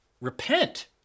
repent